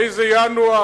איזה ינואר?